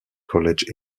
college